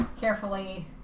carefully